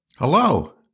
Hello